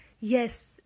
yes